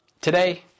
Today